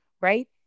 right